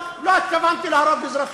לא התכוונתי להרוג אזרחים.